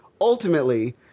Ultimately